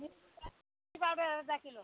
आणि चहाची पावडर अर्धा किलो